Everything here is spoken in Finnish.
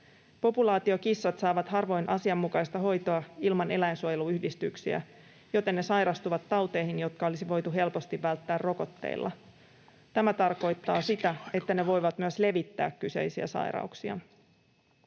Populaatiokissat saavat harvoin asianmukaista hoitoa ilman eläinsuojeluyhdistyksiä, joten ne sairastuvat tauteihin, jotka olisi voitu helposti välttää rokotteilla. Tämä tarkoittaa sitä, että ne voivat myös levittää kyseisiä sairauksia.